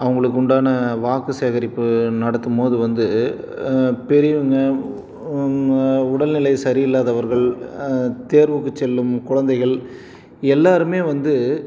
அவங்களுக்கு உண்டான வாக்கு சேகரிப்பு நடத்தும்போது வந்து பெரியவங்க உடல் நிலை சரியில்லாதவர்கள் தேர்வுக்கு செல்லும் குழந்தைகள் எல்லோருமே வந்து